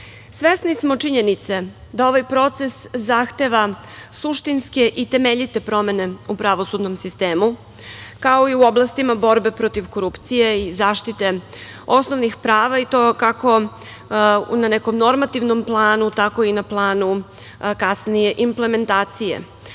smo činjenice da ovaj proces zahteva suštinske i temeljite promene u pravosudnom sistemu, kao i u oblastima borbe protiv korupcije i zaštite osnovnih prava i to kako na nekom normativnom planu, tako i na planu kasnije implementacije.